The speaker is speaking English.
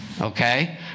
Okay